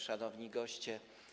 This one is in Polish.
Szanowni Goście!